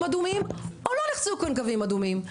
אדומים או לא נחצו כאן קווים אדומים.